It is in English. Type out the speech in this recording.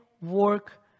work